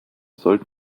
sollten